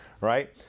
right